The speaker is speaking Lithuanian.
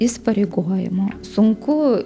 įsipareigojimo sunku